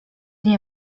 nie